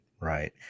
right